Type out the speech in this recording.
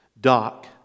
Doc